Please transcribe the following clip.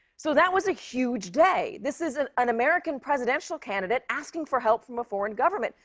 so that was a huge day. this is an an american presidential candidate asking for help from a foreign government,